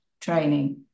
training